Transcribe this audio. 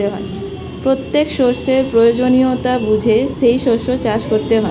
প্রত্যেক শস্যের প্রয়োজনীয়তা বুঝে সেই শস্য চাষ করতে হয়